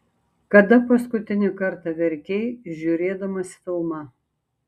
kada paskutinį kartą verkei žiūrėdamas filmą